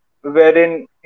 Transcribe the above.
wherein